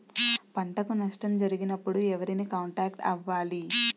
పంటకు నష్టం జరిగినప్పుడు ఎవరిని కాంటాక్ట్ అవ్వాలి?